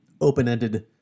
open-ended